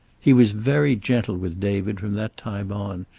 he was very gentle with david from that time on,